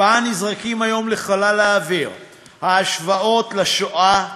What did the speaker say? שבה נזרקות היום לחלל האוויר השוואות לשואה,